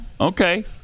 Okay